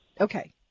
Okay